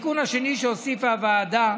התיקון השני שהוסיפה הוועדה,